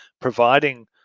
providing